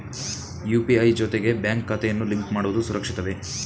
UPI ಜೊತೆಗೆ bank ಖಾತೆಯನ್ನು link ಮಾಡುವುದು ಸುರಕ್ಷಿತವೇ?